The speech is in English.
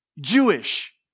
Jewish